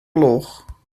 gloch